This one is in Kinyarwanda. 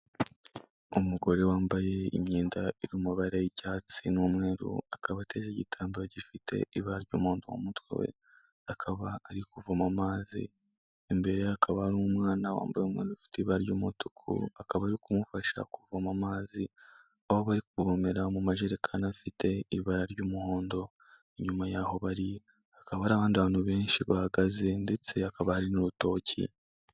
Umugore wambaye imyenda y’ibara ry'icyatsi n'umweru akaba ateza igitambaro gifite ibara ry'umuhondo mu mutwe we akaba arimo aravoma amazi imbere hakaba hari umwana wambaye umwenda ufite ibara ry'umutuku akaba ari kumufasha kuvoma amazi aho bari kuvomera mu majerekani afite ibara ry'umuhondo inyuma yaho bari hakaba hari abandi bantu benshi bahagaze ndetse hakaba hari n'urutoki.